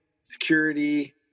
security